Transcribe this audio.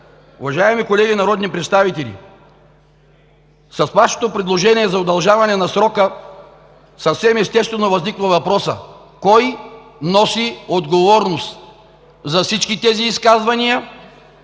Уважаеми колеги народни представители, с Вашето предложение за удължаване на срока съвсем естествено възниква въпросът: кой носи отговорност за всички тези изказвания